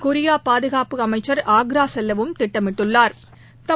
Korea பாதுகாப்பு அமைச்சா் ஆக்ரா செல்லவும் திட்டமிட்டுள்ளாா்